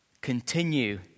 continue